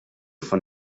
von